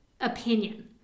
opinion